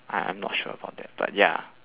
I I'm not sure about that but ya